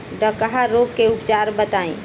डकहा रोग के उपचार बताई?